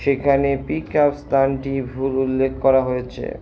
সেখানে পিকআপ স্থানটি ভুল উল্লেখ করা হয়েছে